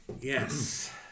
yes